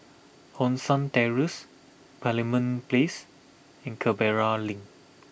Hong San Terrace Parliament Place and Canberra Link